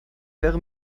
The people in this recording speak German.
wäre